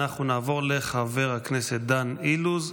אנחנו נעבור לחבר הכנסת דן אילוז,